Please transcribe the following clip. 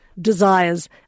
desires